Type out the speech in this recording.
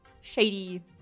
shady